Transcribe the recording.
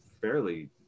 fairly